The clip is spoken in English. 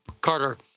Carter